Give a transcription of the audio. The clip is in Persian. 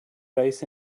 رئیس